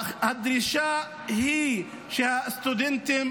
הדרישה היא שהסטודנטים